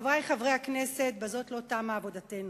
חברי חברי הכנסת, בזאת לא תמה עבודתנו.